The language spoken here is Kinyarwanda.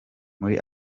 muri